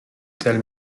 tel